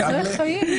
בצוהריים,